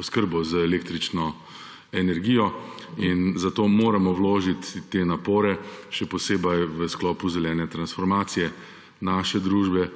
oskrbo z električno energijo; in zato moramo vložiti te napore, še posebej v sklopu zelene transformacije naše družbe,